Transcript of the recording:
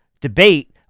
debate